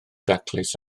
daclus